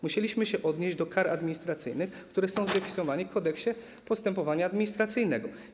Musieliśmy się odnieść do kar administracyjnych, które są zdefiniowane w Kodeksie postępowania administracyjnego.